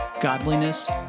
godliness